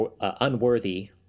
unworthy